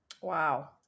Wow